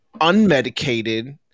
unmedicated